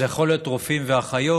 וזה יכול להיות רופאים ואחיות,